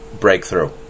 breakthrough